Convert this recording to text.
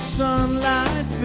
sunlight